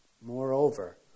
Moreover